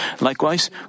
Likewise